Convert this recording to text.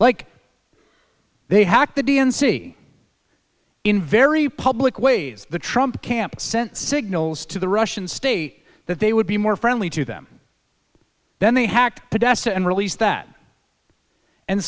like they hacked the d n c in very public ways the trump camp sent signals to the russian state that they would be more friendly to them then they hacked to death and released that and